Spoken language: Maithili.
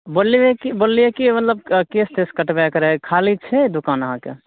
बोललियै की बोललियै की मतलब केश तेश कटबैके रहै खाली छै दुकान अहाँके